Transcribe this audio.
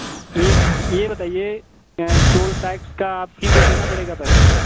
ये ये बताइए टोल टैक्स का आप ही को देना पड़ेगा पैसा